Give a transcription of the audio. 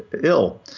ill